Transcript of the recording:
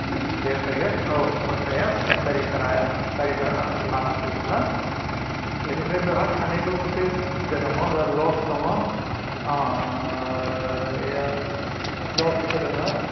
उम बेयाव फैगोन औ खरसाया गारि भाराया गारि भारा लाना फैयोब्ला बेनिफ्राय बेवहाय थानायबो मोनसे सुबिदा दङ एबा लद्स दङ अह यो लद्सबो दङ